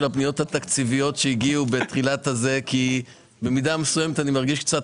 הפניות התקציביות שהגיעו בתחילה כי במידה מסוימת אני מרגיש קצת